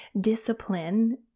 discipline